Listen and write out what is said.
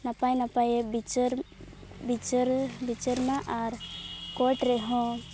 ᱱᱟᱯᱟᱭ ᱱᱟᱯᱟᱭᱮ ᱵᱤᱪᱟᱹᱨ ᱵᱤᱪᱟᱹᱨ ᱵᱤᱪᱟᱹᱨᱟᱢᱟ ᱟᱨ ᱠᱳᱴ ᱨᱮᱦᱚᱸ